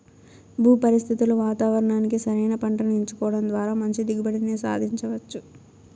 భూ పరిస్థితులు వాతావరణానికి సరైన పంటను ఎంచుకోవడం ద్వారా మంచి దిగుబడిని సాధించవచ్చు